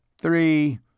three